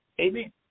Amen